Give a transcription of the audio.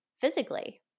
physically